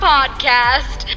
Podcast